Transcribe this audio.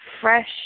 fresh